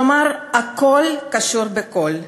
כלומר הכול קשור בכול,